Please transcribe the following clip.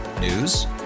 News